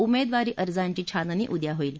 उमेदवारी अर्जाची छाननी उद्या होईल